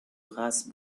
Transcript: race